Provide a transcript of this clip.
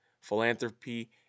philanthropy